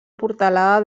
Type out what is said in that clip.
portalada